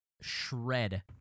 shred